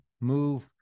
move